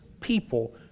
people